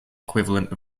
equivalent